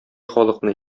халыкны